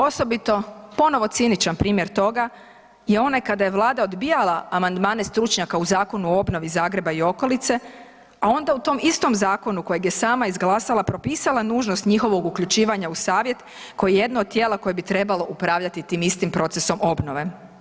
Osobito ponovo ciničan primjer toga je onaj kada je Vlada odbijala amandmane stručnjaka u Zakonu o obnovi Zagreba i okolice, a onda u tom istom zakonu kojeg je sama izglasala propisala nužnost njihovog uključivanja u savjet koji je jedno od tijela koje bi trebalo upravljati tim istim procesom obnove.